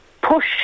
push